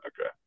Okay